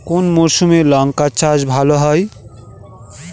কোন মরশুমে লঙ্কা চাষ ভালো হয়?